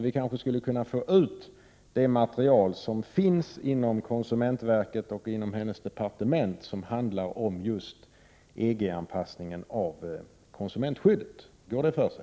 Vi kanske skulle kunna få ut det material som finns inom konsumentverket och inom hennes departement som handlar om EG-anpassningen av konsumentskyddet. Går det för sig?